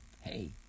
hey